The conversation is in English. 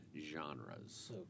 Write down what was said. genres